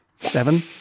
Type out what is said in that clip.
Seven